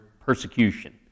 persecution